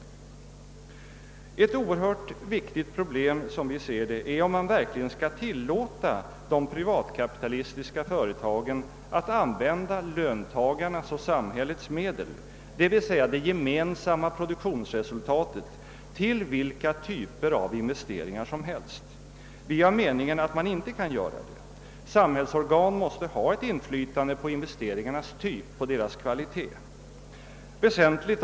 Ett som vi ser det oerhört viktigt problem är om man verkligen skall tillåta de privatkapitalistiska företagen att använda löntagarnas och samhällets medel, d.v.s. det gemensamma produktionsresultatet, till vilken typ av investeringar som helst. Vi menar att man inte kan göra det. Samhällsorganen måste ha inflytande över investeringarnas typ och kvalitet.